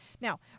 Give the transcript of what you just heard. Now